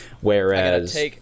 Whereas